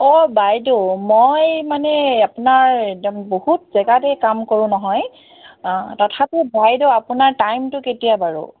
অঁ বাইদেউ মই মানে আপোনাৰ একদম বহুত জেগাতে কাম কৰোঁ নহয় তথাপি বাইদেউ আপোনাৰ টাইমটো কেতিয়া বাৰু